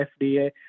FDA